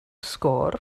sgôr